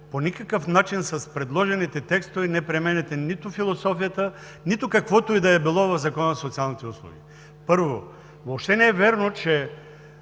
по никакъв начин с предложените текстове не променяте нито философията, нито каквото и да било в Закона за социалните услуги. Първо, въобще не е вярно, че